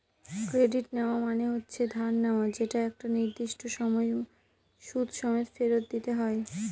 credit নেওয়া মানে হচ্ছে ধার নেওয়া যেটা একটা নির্দিষ্ট সময় সুদ সমেত ফেরত দিতে হয়